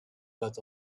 dot